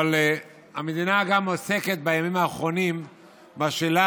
אבל בימים האחרונים המדינה גם עוסקת בשאלה